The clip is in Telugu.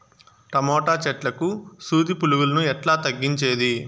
టమోటా చెట్లకు సూది పులుగులను ఎట్లా తగ్గించేది?